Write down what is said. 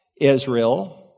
Israel